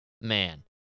man